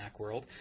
Macworld